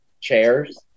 chairs